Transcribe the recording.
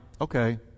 okay